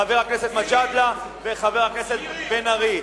חבר הכנסת מג'אדלה וחבר הכנסת בן-ארי.